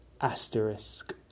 asterisk